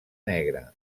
negra